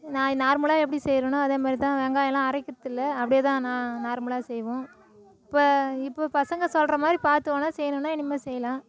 நான் நார்மலா எப்படி செய்கிறனோ அதே மாதிரிதான் வெங்காயம் எல்லாம் அரைக்கிறது இல்லை அப்டி தான் நான் நார்மலாக செய்வோம் இப்போ இப்போ பசங்க சொல்கிற மாதிரி பார்த்து வேணா செய்யணுன்னா இனிமேல் செய்யலாம்